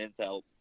intel